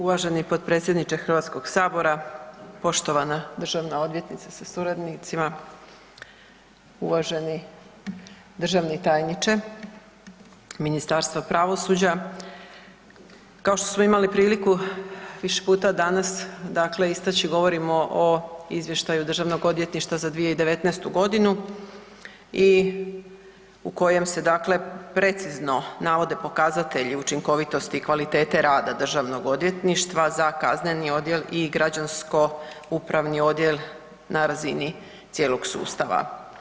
Uvaženi potpredsjedniče Hrvatskog sabora, poštovana državna odvjetnice sa suradnicima, uvaženi državni tajniče Ministarstva pravosuđa, kao što smo imali priliku više puta danas dakle istači govorimo o Izvještaju Državnog odvjetništva za 2019. godinu i u kojem se dakle precizno navode pokazatelji učinkovitosti i kvalitete rada Državnog odvjetništva za kazneni odjel i građansko-upravni odjel na razini cijelog sustava.